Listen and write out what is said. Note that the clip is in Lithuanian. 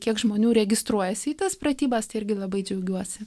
kiek žmonių registruojasi į tas pratybas tai irgi labai džiaugiuosi